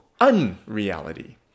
unreality